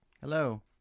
Hello